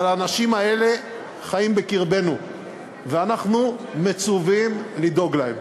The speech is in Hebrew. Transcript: אבל האנשים האלה חיים בקרבנו ואנחנו מצווים לדאוג להם.